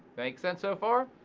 make sense so far?